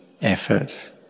effort